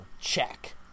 check